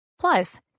Plus